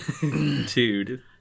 Dude